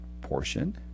portion